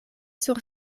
sur